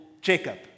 Jacob